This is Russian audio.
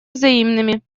взаимными